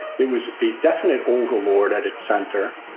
there was a definite overlord at its center.